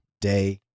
day